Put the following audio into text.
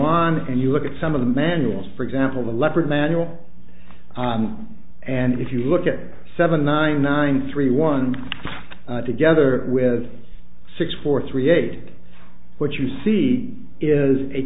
on and you look at some of the manuals for example the leopard manual and if you look at seven nine nine three one together with six four three eight what you see is a